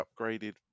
upgraded